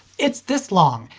it's this long!